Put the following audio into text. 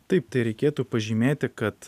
taip tai reikėtų pažymėti kad